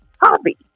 hobby